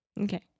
Okay